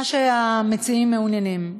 מה שהמציעים מעוניינים.